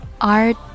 art